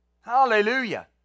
hallelujah